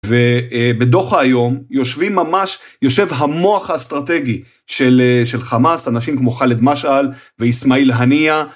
ובדוחא היום יושבים ממש, יושב המוח האסטרטגי של חמאס, אנשים כמו חאלד משעל ואיסמעיל הנייה.